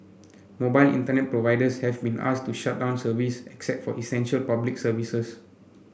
mobile Internet providers have been asked to shut down service except for essential Public Services